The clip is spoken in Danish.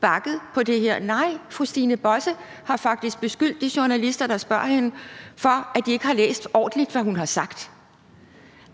bakket på det her. Nej, fru Stine Bosse har faktisk beskyldt de journalister, der spørger hende, for, at de ikke har læst, hvad hun sagt,